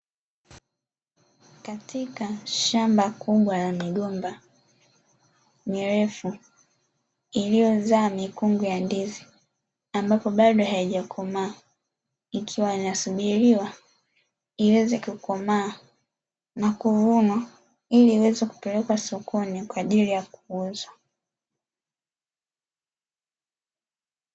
Katika shamba kubwa la migomba mirefu, iliyozaa mikungu ya ndizi, ambapo bado haijakomaa ikiwa inasubiriwa iweze kukomaa na kuvunwa, ili iweze kupelekwa sokoni kwa ajili ya kuuzwa.